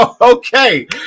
Okay